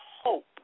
hope